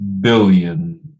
Billion